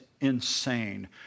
insane